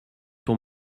ton